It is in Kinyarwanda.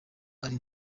ari